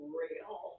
real